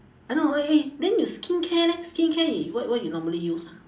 I know eh eh then you skincare leh skincare y~ wh~ what you normally use ah